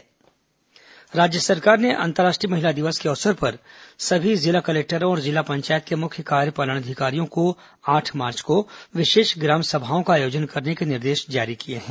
विशेष ग्राम सभा राज्य सरकार ने अंतर्राष्ट्रीय महिला दिवस के अवसर पर सभी जिला कलेक्टरों और जिला पंचायत के मुख्य कार्यपालन अधिकारियों को आठ मार्च को विशेष ग्राम सभाओं का आयोजन करने का निर्देश जारी किया है